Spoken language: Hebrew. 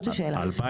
זה בהרבה יותר.